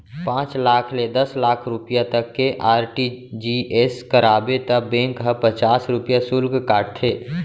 पॉंच लाख ले दस लाख रूपिया तक के आर.टी.जी.एस कराबे त बेंक ह पचास रूपिया सुल्क काटथे